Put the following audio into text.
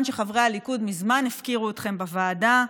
שחברי הליכוד מזמן הפקירו אתכם בוועדה.